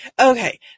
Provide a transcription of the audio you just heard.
okay